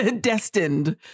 destined